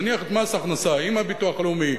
נניח, את מס הכנסה, עם הביטוח הלאומי,